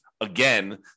again